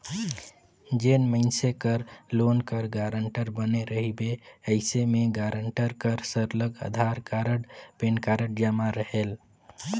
जेन मइनसे कर लोन कर गारंटर बने रहिबे अइसे में गारंटर कर सरलग अधार कारड, पेन कारड जमा रहेल